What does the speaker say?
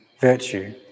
virtue